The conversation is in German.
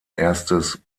erstes